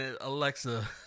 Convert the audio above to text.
Alexa